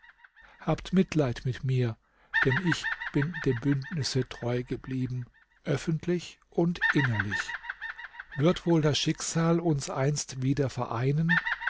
habt mitleid mit mir denn ich bin dem bündnisse treu geblieben öffentlich und innerlich wird wohl das schicksal uns einst wieder vereinen